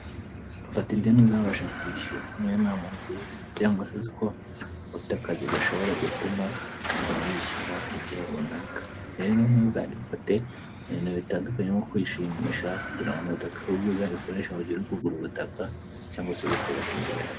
Fata ideni uzabasha kwishyura niyo nama nziza, cyangwa se uzi ko ufite akazi gashobora gutuma uryishyura igihe runaka, rero ntuzarifate mu bintu bitandukanye nko kwishimisha, kugura amamodoka, ahubwo uzarikoreshe mu gihe uri kugura ubutaka cyangwa se uri kubaka inzu yawe.